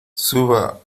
suba